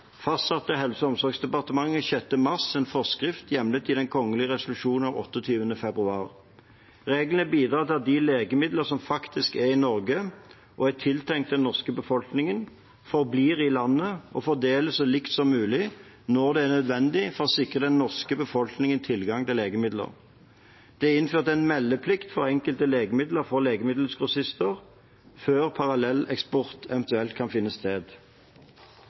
fastsatte Helse- og omsorgsdepartementet 6. mars en forskrift hjemlet i den kongelige resolusjonen av 28. februar. Reglene bidrar til at de legemidlene som faktisk er i Norge og er tiltenkt den norske befolkningen, forblir i landet og fordeles så likt som mulig når det er nødvendig for å sikre den norske befolkningen tilgang på legemidler. Det er innført meldeplikt for legemiddelgrossister for enkelte legemidler før parallelleksport eventuelt kan finne sted.